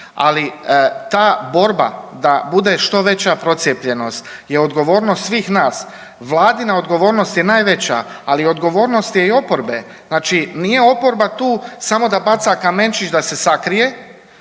ali ta borba da bude što veća procijepljenost je odgovornost svih nas. Vladina odgovornost je najveća, ali odgovornost je i oporbe, znači nije oporba tu samo da baca kamenčić da se sakrije